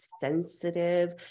sensitive